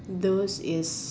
those is